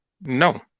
No